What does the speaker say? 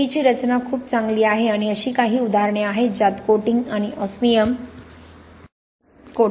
सुईची रचना खूप चांगली आहे आणि अशी काही उदाहरणे आहेत ज्यात कोटिंग आणि ऑस्मिअम कोटिंग नाही